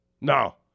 No